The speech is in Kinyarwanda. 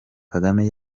kagame